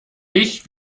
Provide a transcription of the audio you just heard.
ich